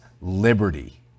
liberty